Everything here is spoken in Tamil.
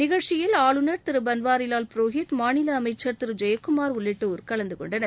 நிகழ்ச்சியில் ஆளுநர் திரு பன்வாரிலால் புரோஹித் அமைச்சர் திரு ஜெயக்குமார் உள்ளிட்டோர் கலந்துகொண்டனர்